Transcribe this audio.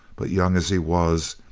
but young as he was,